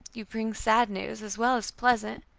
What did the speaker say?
you bring sad news as well as pleasant.